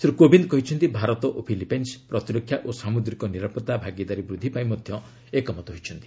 ଶ୍ରୀ କୋବିନ୍ଦ କହିଛନ୍ତି ଭାରତ ଓ ଫିଲିପାଇନ୍ନ ପ୍ରତିରକ୍ଷା ଓ ସାମୁଦ୍ରିକ ନିରାପତ୍ତା ଭାଗିଦାରୀ ବୃଦ୍ଧି ପାଇଁ ମଧ୍ୟ ଏକମତ ହୋଇଛନ୍ତି